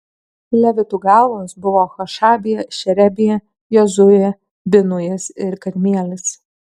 levitų galvos buvo hašabija šerebija jozuė binujas ir kadmielis